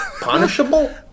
punishable